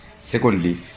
Secondly